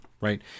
right